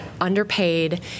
underpaid